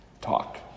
talk